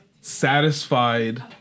satisfied